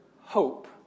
hope